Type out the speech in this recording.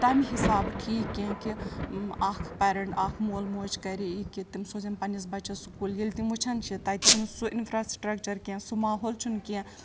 تَمہِ حِسابہٕ ٹھیٖک کینٛہہ کہِ اکھ پیرنٛٹ اَکھ مول موج کَرِے یہِ کہِ تم سوزن پَننِس بَچَس سکوٗل ییٚلہِ تِم وٕچھَان چھِ تَتہِ چھُنہٕ سُہ اِنفراسٹرٛکچَر کینٛہہ سُہ ماحول چھُنہٕ کینٛہہ